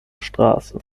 straße